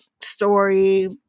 story